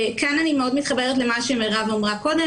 כאן אני מאוד מתחברת למה שמירב אמרה קודם,